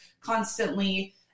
constantly